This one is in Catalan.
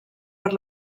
per